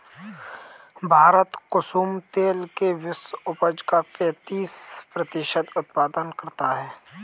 भारत कुसुम तेल के विश्व उपज का पैंतीस प्रतिशत उत्पादन करता है